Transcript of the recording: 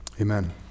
Amen